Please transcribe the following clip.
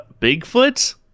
Bigfoot